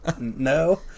No